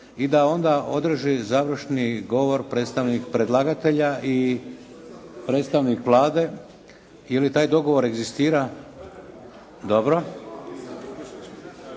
i da onda održi završni govor predstavnik predlagatelja i predstavnik Vlade. Je li taj dogovor egzistira?